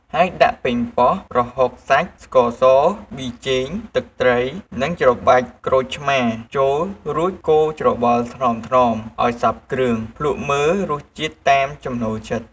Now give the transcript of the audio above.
ហើយដាក់ប៉េងប៉ោះ ប្រហុកសាច់ ស្ករស ប៊ីចេង ទឹកត្រី និងច្របាច់ក្រូចឆ្មារចូល រួចកូរច្របល់ថ្នមៗឲ្យសព្វគ្រឿង ភ្លក់មើលរសជាតិតាមចំណូលចិត្ត។